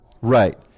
right